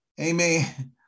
amen